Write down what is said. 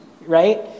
right